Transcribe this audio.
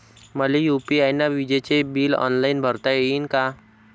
मले यू.पी.आय न विजेचे बिल ऑनलाईन भरता येईन का?